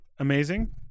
Amazing